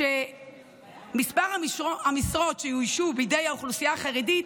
שמספר המשרות שיאוישו בידי האוכלוסייה החרדית